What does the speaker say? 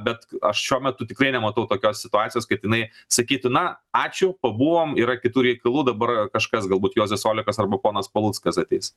bet aš šiuo metu tikrai nematau tokios situacijos kad inai sakytų na ačiū pabuvom yra kitų reikalų dabar kažkas galbūt juozas olekas arba ponas paluckas ateis